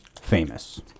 famous